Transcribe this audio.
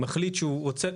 מחליט שהוא רוצה,